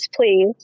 please